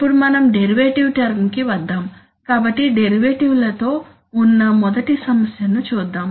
ఇప్పుడు మనం derivative term కి వద్దాం కాబట్టి డెరివేటివ్ లతో ఉన్న మొదటి సమస్యను చూద్దాం